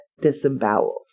disemboweled